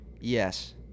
Yes